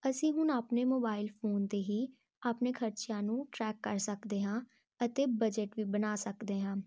ਅਸੀਂ ਹੁਣ ਆਪਣੇ ਮੋਬਾਇਲ ਫੋਨ 'ਤੇ ਹੀ ਆਪਣੇ ਖਰਚਿਆਂ ਨੂੰ ਟਰੈਕ ਕਰ ਸਕਦੇ ਹਾਂ ਅਤੇ ਬਜਟ ਵੀ ਬਣਾ ਸਕਦੇ ਹਾਂ